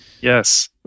Yes